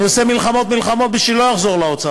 אני עושה מלחמות, מלחמות בשביל שלא לחזור לאוצר.